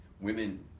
women